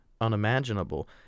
unimaginable